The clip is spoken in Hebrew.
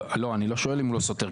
אני לא שואל אם הוא לא סותר,